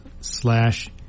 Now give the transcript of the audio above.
slash